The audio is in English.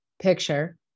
picture